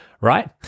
right